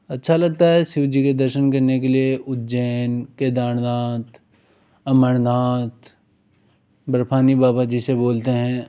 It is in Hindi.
अच्छा लगता हैं शिव जी के दर्शन करने के लिए उज्जैन केदारनाथ अमरनाथ बर्फानी बाबा जिसे बोलते हैं